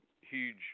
huge